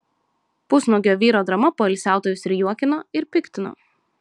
pusnuogio vyro drama poilsiautojus ir juokino ir piktino